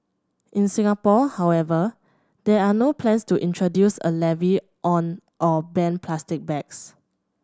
in Singapore however there are no plans to introduce a levy on or ban plastic bags